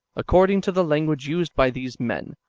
according to the language used by these men,